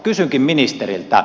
kysynkin ministeriltä